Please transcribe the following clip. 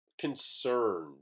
Concerned